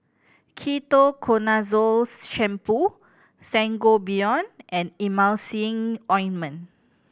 Ketoconazole Shampoo Sangobion and Emulsying Ointment